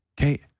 Okay